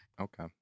Okay